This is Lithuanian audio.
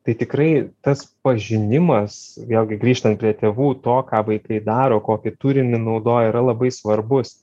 tai tikrai tas pažinimas vėlgi grįžtant prie tėvų to ką vaikai daro kokį turinį naudoja yra labai svarbus